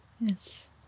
Yes